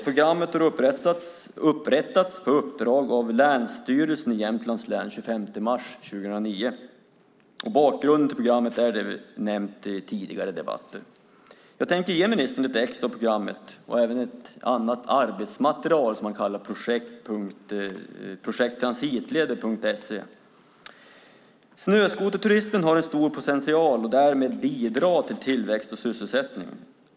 Programmet har upprättats på uppdrag av Länsstyrelsen i Jämtlands län den 25 mars 2009. Bakgrunden till programmet är det vi nämnt i tidigare debatter, och jag tänkte ge ministern ett exemplar av programmet och även ett annat arbetsmaterial som handlar om transitleder. Snöskoterturismen har en stor potential och kan därmed bidra till tillväxt och sysselsättning.